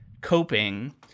coping